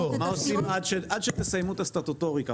מה עושים עד שתסיימו את הסטטוטוריקה?